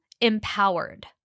empowered